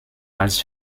als